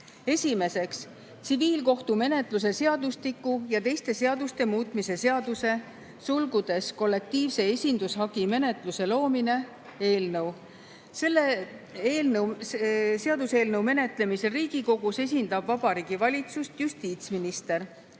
Esimeseks, tsiviilkohtumenetluse seadustiku ja teiste seaduste muutmise seaduse (kollektiivse esindushagi menetluse loomine) eelnõu. Selle seaduseelnõu menetlemisel Riigikogus esindab Vabariigi Valitsust justiitsminister.